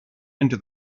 into